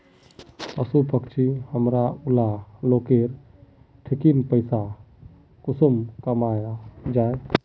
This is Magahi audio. पशु पक्षी हमरा ऊला लोकेर ठिकिन पैसा कुंसम कमाया जा?